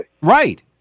Right